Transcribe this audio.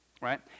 right